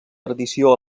tradició